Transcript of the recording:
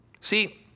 See